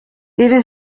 iri